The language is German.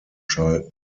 schalten